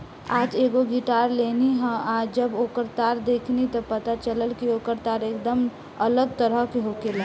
आज एगो गिटार लेनी ह आ जब ओकर तार देखनी त पता चलल कि ओकर तार एकदम अलग तरह के होखेला